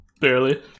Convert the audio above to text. barely